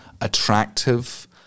attractive